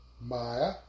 Maya